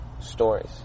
stories